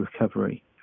recovery